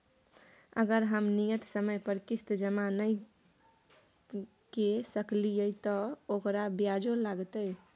अगर हम नियत समय पर किस्त जमा नय के सकलिए त ओकर ब्याजो लगतै?